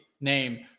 name